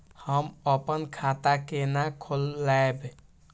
हम अपन खाता केना खोलैब?